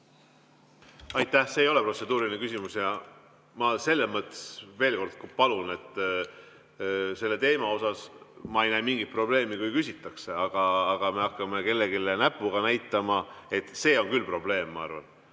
Aitäh! See ei ole protseduuriline küsimus. Ma selles mõttes veel kord palun ... Selle teema puhul ma ei näe mingit probleemi, kui küsitakse, aga kui me hakkame kellelegi näpuga näitama, siis see on küll probleem, ma arvan.